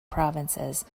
provinces